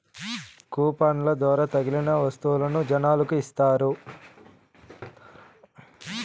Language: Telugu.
కూపన్ల ద్వారా తగిలిన వత్తువులను జనాలకి ఇత్తారు